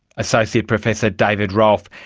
associate professor david rolph.